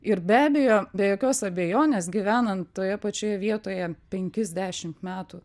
ir be abejo be jokios abejonės gyvenant toje pačioje vietoje penkis dešimt metų